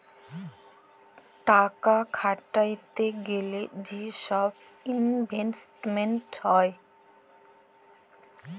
টাকা খাটাইতে গ্যালে যে ছব ইলভেস্টমেল্ট হ্যয়